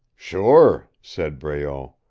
sure, said breault.